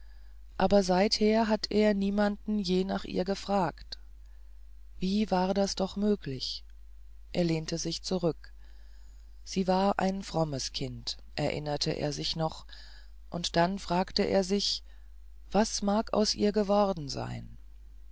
aber seither hat er niemanden je nach ihr gefragt wie war das doch möglich er lehnte sich zurück sie war ein frommes kind erinnerte er sich noch und dann fragte er sich was mag aus ihr geworden sein